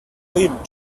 leave